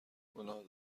گناه